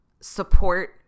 support